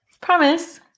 Promise